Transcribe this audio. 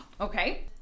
Okay